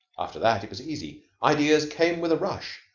after that it was easy. ideas came with a rush.